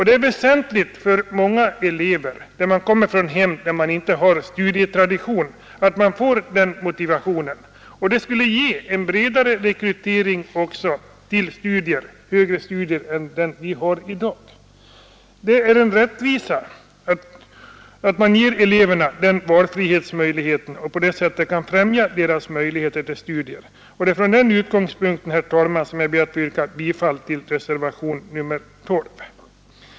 Det är väsentligt för många elever från hem utan studietradition att få en sådan studiemotivation. Det skulle ge en bredare rekrytering till högre studier än den vi har i dag. Det är rättvist att ge eleverna den valfriheten och på det sättet främja deras möjligheter till studier. Det är från den utgångspunkten, herr talman, som jag ber att få yrka bifall till reservationen 12.